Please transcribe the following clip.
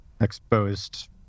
exposed